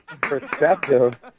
Perceptive